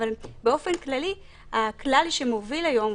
אבל באופן כללי הכלל שמוביל היום,